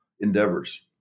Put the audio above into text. endeavors